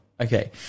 okay